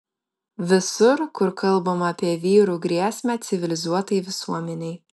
visur kur kalbama apie vyrų grėsmę civilizuotai visuomenei